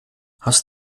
hast